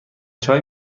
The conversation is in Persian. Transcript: چای